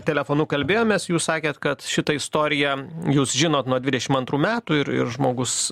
telefonu kalbėjomės jūs sakėt kad šitą istoriją jūs žinot nuo dvidešim antrų metų ir ir žmogus